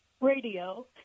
radio